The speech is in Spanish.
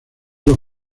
los